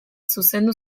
zuzendu